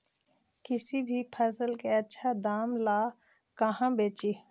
किसी भी फसल के आछा दाम ला कहा बेची?